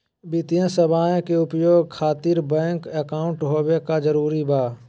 वित्तीय सेवाएं के उपयोग खातिर बैंक अकाउंट होबे का जरूरी बा?